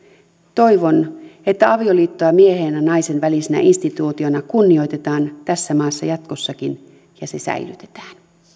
toivon että avioliittoa miehen ja naisen välisenä instituutiona kunnioitetaan tässä maassa jatkossakin ja se säilytetään